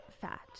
fat